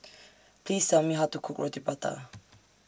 Please Tell Me How to Cook Roti Prata